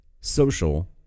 social